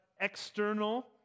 external